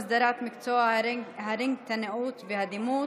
הסדרת מקצוע הרנטגנאות והדימות),